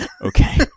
Okay